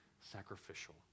sacrificial